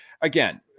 Again